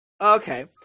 okay